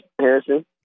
Harrison